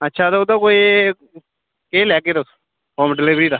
अच्छा ते ओह्दा कोई केह् लैग्गे तुस होम डिलीवरी दा